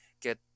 get